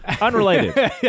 unrelated